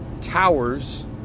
towers